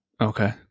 Okay